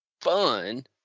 fun